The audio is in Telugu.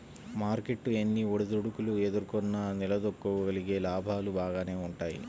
మార్కెట్టు ఎన్ని ఒడిదుడుకులు ఎదుర్కొన్నా నిలదొక్కుకోగలిగితే లాభాలు బాగానే వుంటయ్యి